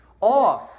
off